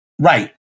Right